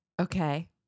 okay